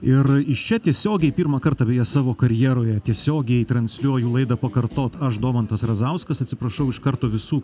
ir iš čia tiesiogiai pirmą kartą beje savo karjeroje tiesiogiai transliuoju laidą pakartot aš domantas razauskas atsiprašau iš karto visų